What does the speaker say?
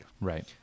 Right